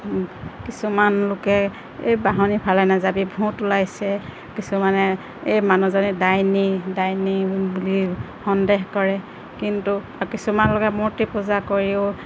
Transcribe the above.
কিছুমান লোকে এই বাঢ়নি ফালে নাযাবি ভূত ওলাইছে কিছুমানে এই মানুজনী ডাইনী ডাইনী বুলি সন্দেহ কৰে কিন্তু কিছুমান লোকে মূৰ্তি পূজা কৰিয়ো